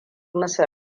musu